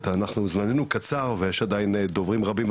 זממנו קצר ויש לנו עדיין דוברים רבים,